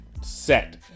set